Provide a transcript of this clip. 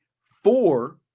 Four